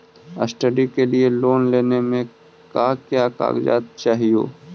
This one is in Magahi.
स्टडी के लिये लोन लेने मे का क्या कागजात चहोये?